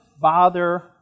bother